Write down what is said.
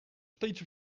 steeds